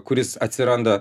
kuris atsiranda